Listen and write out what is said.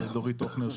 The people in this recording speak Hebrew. ודורית הוכנר,